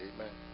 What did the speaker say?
Amen